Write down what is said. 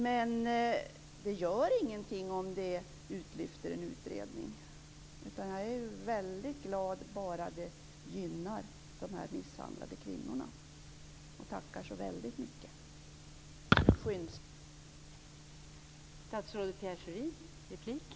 Men det gör ingenting om det är utlyft ur en utredning. Jag är väldigt glad bara det gynnar de misshandlade kvinnorna. Jag tackar så väldigt mycket för skyndsam behandling.